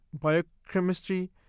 Biochemistry